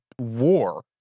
war